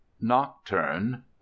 nocturne